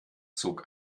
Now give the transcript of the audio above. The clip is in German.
zog